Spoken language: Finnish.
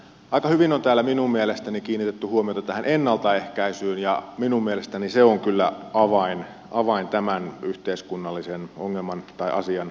aika hyvin on täällä minun mielestäni kiinnitetty huomiota tähän ennaltaehkäisyyn ja minun mielestäni se on kyllä avain tämän yhteiskunnallisen asian ratkaisemiseksi